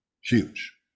huge